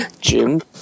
Jim